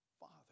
Father